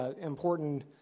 important